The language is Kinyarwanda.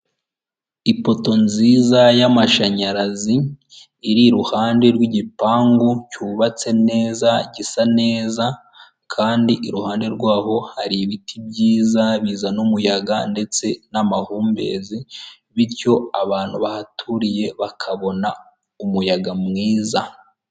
Ipoto nziza y'amashanyarazi iri iruhande rw'igipangu cyubatse neza gisa neza, kandi iruhande rwaho hari ibiti byiza bizana umuyaga ndetse n'amahumbezi, bityo abantu bahaturiye bakabona umuyaga mwiza.